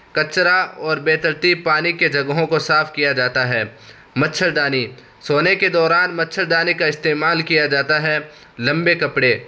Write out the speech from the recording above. کچرا اور بےترتیب پانی کے جگہوں کو صاف کیا جاتا ہے مچھردانی سونے کے دوران مچھردانی کا استعمال کیا جاتا ہے لمبے کپڑے